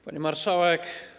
Pani Marszałek!